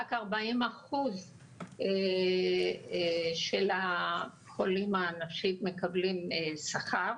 רק 40% של החולים מקבלים שכר